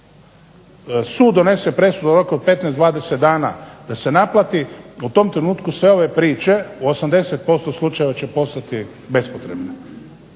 sud donese presudu u roku od 15, 20 dana da se naplati u tom trenutku sve ove priče u 80% slučajeva će postati bespotrebne.